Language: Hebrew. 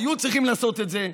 היו צריכים לעשות את זה,